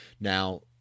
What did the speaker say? now